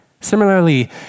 Similarly